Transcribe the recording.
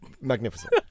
Magnificent